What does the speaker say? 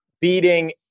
beating